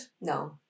No